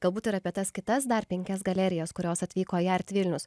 galbūt ir apie tas kitas dar penkias galerijos kurios atvyko į art vilnius